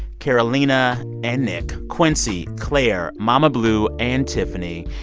carolina and nick, quincy, claire, mama blue and tiffany.